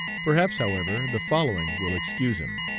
perhaps, however, the following will excuse him.